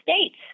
states